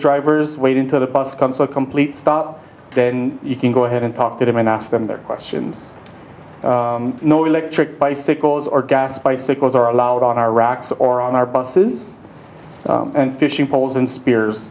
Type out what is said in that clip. drivers wait until the bus comes to a complete stop then you can go ahead and talk to them and ask them their questions no electric bicycles or gas bicycles are allowed on iraq or on our bus fishing poles and spears